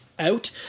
Out